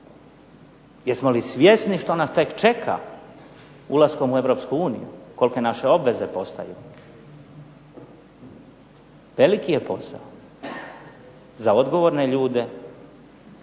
Jesmo li svjesni što nas tek čeka ulaskom u EU? Kolike naše obveze postaju? Veliki je posao, za odgovorne ljude